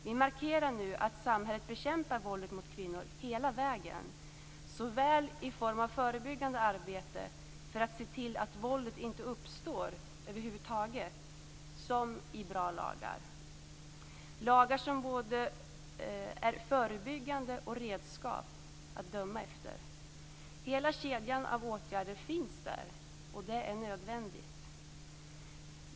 Vi markerar nu att samhället bekämpar våldet mot kvinnor hela vägen, såväl i form av förebyggande arbete för att se till att våldet inte uppstår över huvud taget, som i bra lagar - lagar som är både förebyggande och redskap att döma efter. Hela kedjan av åtgärder finns där, och det är nödvändigt.